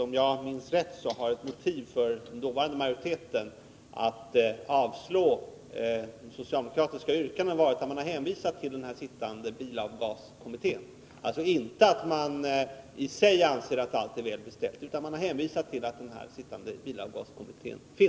Om jag minns rätt var ett av motiven för den dåvarande majoriteten att avslå de socialdemokratiska yrkandena att man borde avvakta den sittande bilavgaskommitténs yttrande. Man ansåg alltså inte i sig att allt var väl beställt, utan man hänvisade till den sittande bilavgaskommittén.